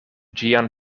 ĝian